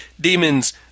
demons